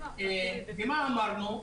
ומה אמרנו?